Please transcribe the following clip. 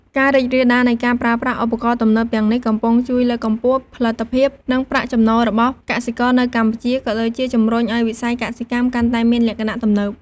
ការរីករាលដាលនៃការប្រើប្រាស់ឧបករណ៍ទំនើបទាំងនេះ កំពុងជួយលើកកម្ពស់ផលិតភាព និងប្រាក់ចំណូលរបស់កសិករនៅកម្ពុជា ក៏ដូចជាជំរុញឱ្យវិស័យកសិកម្មកាន់តែមានលក្ខណៈទំនើប។